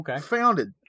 founded